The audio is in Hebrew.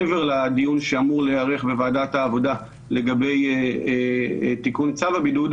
מעבר לדיון שאמור להיערך בוועדת העבודה לגבי תיקון צו הבידוד,